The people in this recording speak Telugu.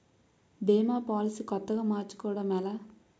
భీమా పోలసీ కొత్తగా మార్చుకోవడం ఎలా?